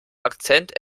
akzent